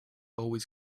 always